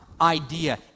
idea